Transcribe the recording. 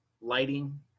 Lighting